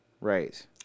Right